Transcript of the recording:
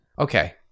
Okay